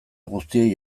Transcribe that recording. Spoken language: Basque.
guztiei